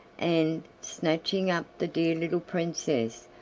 and, snatching up the dear little princess,